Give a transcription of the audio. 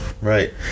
Right